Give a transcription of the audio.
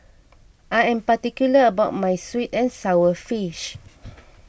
I am particular about my Sweet and Sour Fish